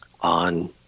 on